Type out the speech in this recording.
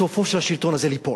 סופו של השלטון הזה ליפול.